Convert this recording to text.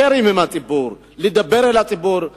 פיירים עם הציבור, לדבר אל הציבור,